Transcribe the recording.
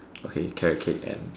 okay carrot cake and